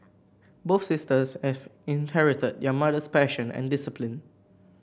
both sisters have inherited their mother's passion and discipline